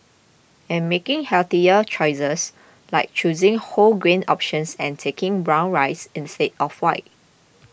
and making healthier choices like choosing whole grain options and taking brown rice instead of white